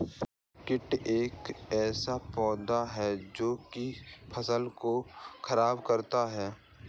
कीट एक ऐसा पौधा है जो की फसल को खराब करता है